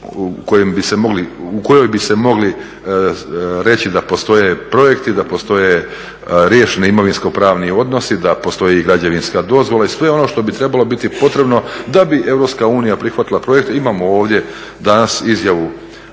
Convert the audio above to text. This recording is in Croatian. u kojoj bi se mogli reći da postoje projekti, da postoje riješeni imovinsko pravni odnosi, da postoji i građevinska dozvola i sve ono što bi trebalo biti potrebno da bi EU prihvatila projekt. Imamo ovdje danas izjavu,